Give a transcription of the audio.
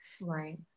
Right